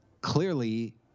clearly